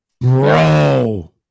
bro